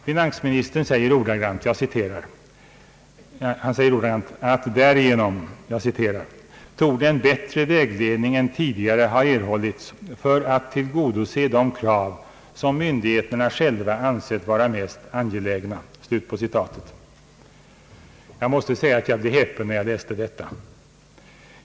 Finansministern säger ordagrant, att därigenom »torde en bättre vägledning än tidigare ha erhållits för att tillgodose de krav som av myndigheterna själva ansetts vara mest angelägna». Jag måste säga att jag blev häpen när jag läste detta.